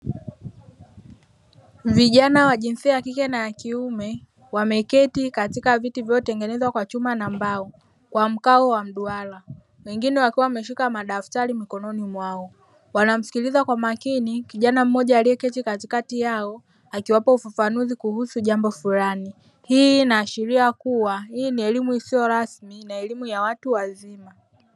Vijana wa jinsia ya kike na ya kiume wameketi katika viti vilivyotengeneza kwa chuma na mbao kwa mkao wa mduara, wengine wakiwa wameshika madaftari mikononi mwao, wanasikiliza kwa makini kijana aliyesimama katikati yao akiwapa ufafanuzi kuhusu jambo fulani, hii inaashiria kuwa hii ni elimu isiyo rasmi na elimu ya watu wazima.